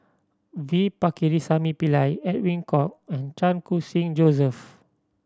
V Pakirisamy Pillai Edwin Koek and Chan Khun Sing Joseph